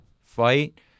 fight